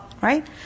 right